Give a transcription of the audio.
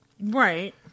Right